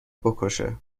بکشه